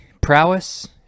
prowess